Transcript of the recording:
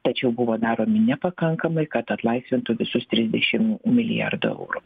tačiau buvo daromi nepakankamai kad atlaisvintų visus trisdešim milijardų eurų